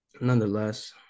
nonetheless